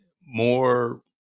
more